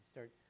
Start